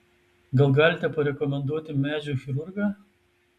gal galite parekomenduoti medžių chirurgą